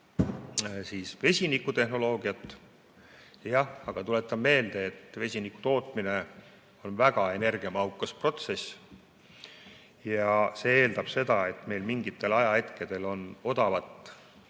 vesinikutehnoloogiat. Jah, aga tuletan meelde, et vesiniku tootmine on väga energiamahukas protsess ja see eeldab seda, et meil mingitel ajahetkedel on odavat